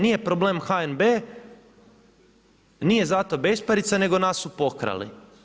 Nije problem HNB, nije zato besparica, nego nas su pokrali.